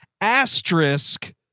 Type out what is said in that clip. asterisk